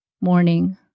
morning